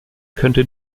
könnte